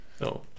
No